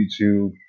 youtube